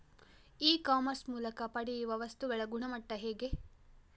E commerce ಮೂಲಕ ಪಡೆಯುವ ವಸ್ತುಗಳ ಗುಣಮಟ್ಟ ಹೇಗೆ?